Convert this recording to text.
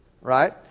right